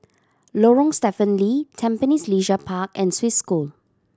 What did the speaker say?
Lorong Stephen Lee Tampines Leisure Park and Swiss School